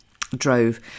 drove